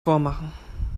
vormachen